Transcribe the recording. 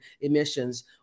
emissions